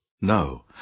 No